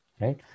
right